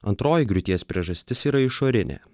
antroji griūties priežastis yra išorinė